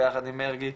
ביחד עם חה"כ מרגי,